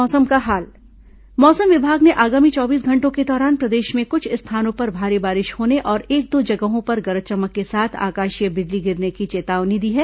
मौसम मौसम विभाग ने आगामी चौबीस घंटों के दौरान प्रदेश में कुछ स्थानों पर भारी बारिश होने और एक दो जगहों पर गरज चमक के साथ आकाशीय बिजली गिरने की चेतावनी दी है